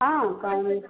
हाँ